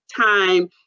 time